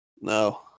no